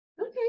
Okay